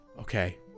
Okay